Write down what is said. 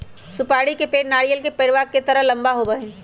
सुपारी के पेड़ नारियल के पेड़वा के तरह लंबा होबा हई